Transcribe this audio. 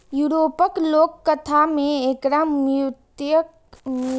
यूरोपक लोककथा मे एकरा मृत्युक फूल कहल जाए छै